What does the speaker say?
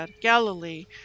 Galilee